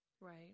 Right